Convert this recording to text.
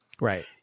right